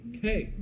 Okay